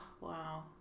wow